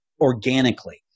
organically